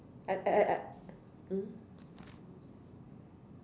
I I I